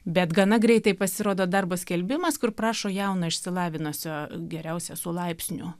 bet gana greitai pasirodo darbo skelbimas kur prašo jauno išsilavinusio geriausia su laipsniu